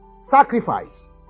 sacrifice